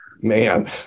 man